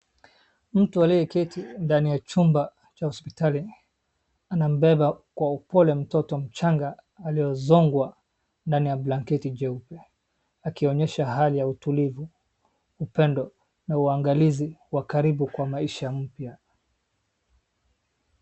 Mtu aliyeketi ndani ya chumba cha hospitali anambeba kwa upole mtoto mchanga aliyozongwa ndani ya blanketi jeupe akionyesha hali ya utulivu, upendo na uangalizi wa karibu kwa maisha mpya.